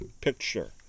picture